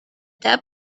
that